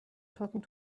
talking